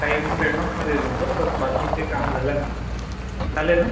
काही अमाऊंट अडवांसमध्ये घेऊन जाईल पण बाकीचे काम झाल्यानंतर चालेल ना